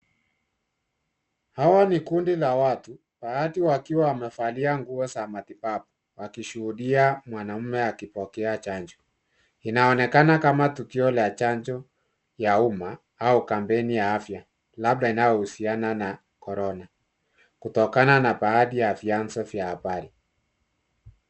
Hawa ni kundi la watu, baadhi wakiwa wamevalia nguo za matibabu, wakishuhudia mwanaume akipokea chanjo. Inaonekana kama tukio la chanjo ya uma au kampeni ya afya, labda inayohusiana na Korona, kutokana na baadhi ya vyanzo vya abari.